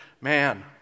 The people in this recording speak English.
man